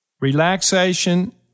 Relaxation